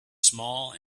small